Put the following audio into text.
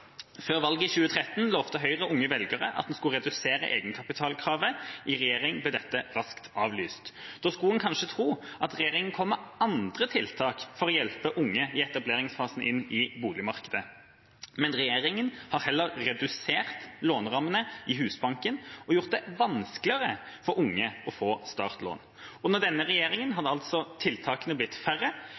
Før valget i 2013 lovte Høyre unge velgere at en skulle redusere egenkapitalkravet. I regjering ble dette raskt avlyst. Da skulle en kanskje tro at regjeringa kom med andre tiltak for å hjelpe unge i etableringsfasen inn i boligmarkedet, men regjeringa har heller redusert lånerammene i Husbanken og gjort det vanskeligere for unge å få startlån. Under denne regjeringa har altså tiltakene blitt færre,